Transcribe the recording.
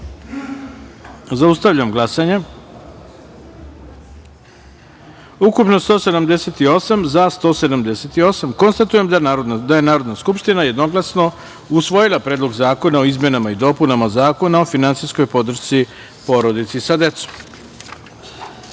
taster. Zaustavljam glasanje: ukupno - 178, za - 178.Konstatujem da je Narodna skupština jednoglasno usvojila Predlog zakona o izmenama i dopunama Zakona o finansijskoj podršci porodici sa decom. Šesta